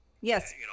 Yes